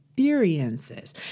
experiences